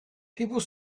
people